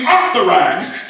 authorized